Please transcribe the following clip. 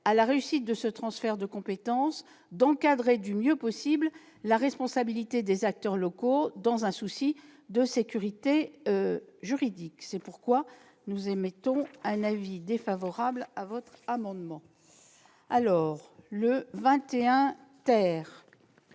à la réussite de ce transfert de compétences d'encadrer du mieux possible la responsabilité des acteurs locaux, dans un souci de sécurité juridique. C'est pourquoi le Gouvernement émet un avis défavorable sur votre amendement. Le Gouvernement